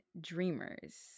dreamers